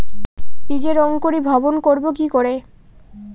বীজের অঙ্কোরি ভবন করব কিকরে?